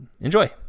Enjoy